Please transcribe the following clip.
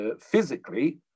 physically